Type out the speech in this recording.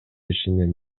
ишенем